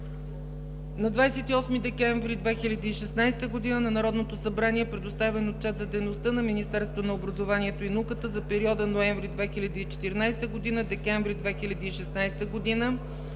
На 28 декември 2016 г. на Народното събрание е предоставен отчет за дейността на Министерството на образованието и науката за периода ноември 2014 г. – декември 2016 г.